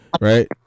Right